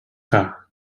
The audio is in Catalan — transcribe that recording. que